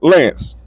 Lance